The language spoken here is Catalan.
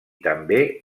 també